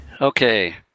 Okay